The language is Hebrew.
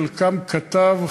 חלקם כתב,